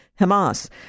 Hamas